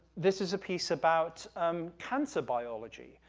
this is a piece about, um, cancer biology,